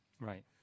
Right